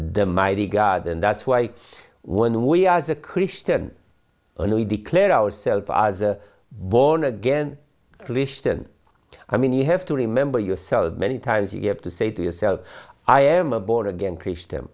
the mighty god and that's why when we as a christian and we declare ourselves as born again christian i mean you have to remember yourself many times you have to say to yourself i am a born again christian